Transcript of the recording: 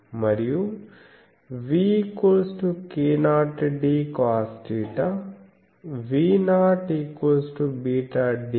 మరియు v k0dcosθ v0βd గా వ్రాస్తున్నాము